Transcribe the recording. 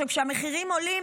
כשהמחירים עולים,